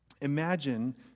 Imagine